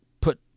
put